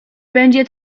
będzie